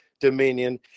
Dominion